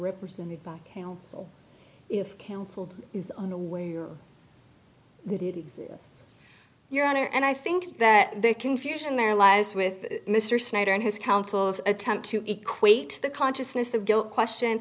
represented by counsel if counsel is unaware that it is your honor and i think that the confusion there lies with mr snyder and his counsel's attempt to equate the consciousness of guilt question